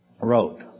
wrote